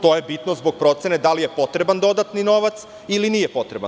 To je bitno zbog procene da li je potreban dodatni novac ili nije potreban.